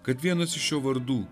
kad vienas iš jo vardų